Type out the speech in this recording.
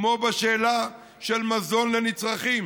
כמו בשאלה של מזון לנצרכים: